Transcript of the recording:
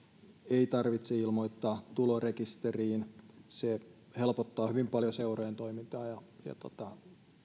ei tarvitse ilmoittaa tulorekisteriin se helpottaa hyvin paljon seurojen toimintaa ja